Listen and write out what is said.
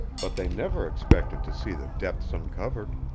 but they never expected to see the depths uncovered.